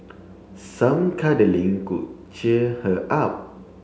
some cuddling could cheer her up